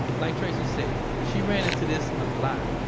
like tracy said, she ran into this a lot,